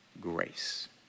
grace